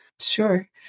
Sure